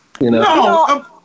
No